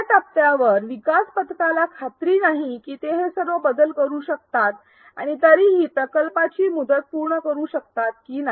या टप्प्यावर विकास पथकाला खात्री नाही की ते हे सर्व बदल करु शकतात आणि तरीही प्रकल्पाची मुदत पूर्ण करु शकतात की नाही